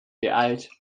beeilst